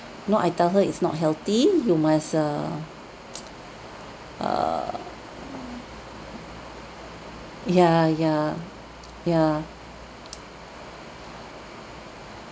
no I tell her it's not healthy you must uh uh yeah yeah yeah